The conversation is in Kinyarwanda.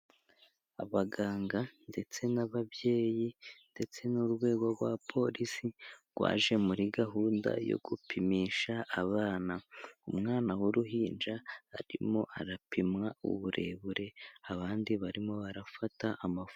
Abaganga ndetse n'ababyeyi ndetse n'urwego rwa Polisi rwaje muri gahunda yo gupimisha abana, umwana w'uruhinja arimo arapimwa uburebure abandi barimo barafata amafoto.